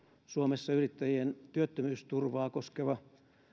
suomessa yrittäjien työttömyysturvaa koskeva